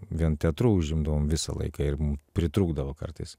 vien teatru užimdavom visą laiką ir pritrūkdavo kartais